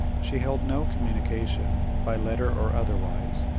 she held no communication, by letter or otherwise,